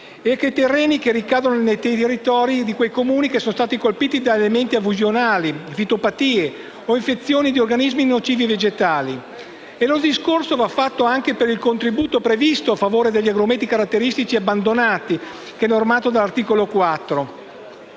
e a chi ha terreni che ricadono nei territori dei Comuni che sono stati colpiti da eventi alluvionali, fitopatie o infezioni di organismi nocivi ai vegetali. Lo stesso discorso va fatto anche per il contributo previsto a favore degli agrumeti caratteristici abbandonati, normato nell'articolo 4